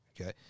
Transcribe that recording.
okay